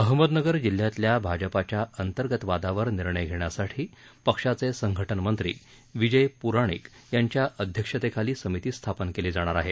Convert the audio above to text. अहमदनगर जिल्ह्यातल्या भाजपाच्या अंतर्गत वादावर निर्णय घेण्यासाठी पक्षाचे संघटनमंत्री विजय पुराणिक यांच्या अध्यक्षतेखाली समिती स्थापन केली जाणार आहे